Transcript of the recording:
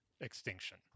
extinction